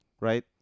right